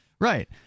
Right